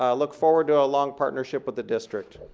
ah look forward to a long partnership with the district.